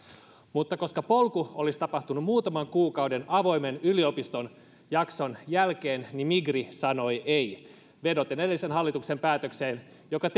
mutta koska polku olisi tapahtunut muutaman kuukauden avoimen yliopiston jakson jälkeen niin migri sanoi ei vedoten edellisen hallituksen päätökseen joka